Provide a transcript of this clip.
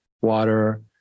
water